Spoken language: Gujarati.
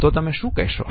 તો તમે શું કહેશો